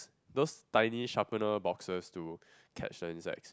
those tiny sharpener boxes to catch the insects